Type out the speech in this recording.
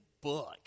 book